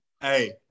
Hey